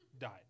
died